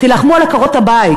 תילחמו על עקרות-הבית.